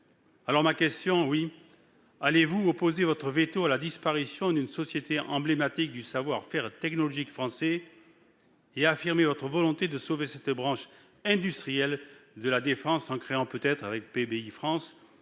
celles qui y sont déjà ! Allez-vous poser votre veto à la disparition d'une société emblématique du savoir-faire technologique français et affirmer votre volonté de sauver cette branche industrielle de la défense en créant, peut-être avec Bpifrance,